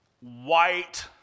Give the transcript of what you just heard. white